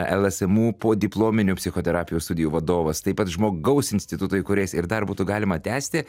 lsmu podiplominių psichoterapijos studijų vadovas taip pat žmogaus instituto įkūrėjas ir dar būtų galima tęsti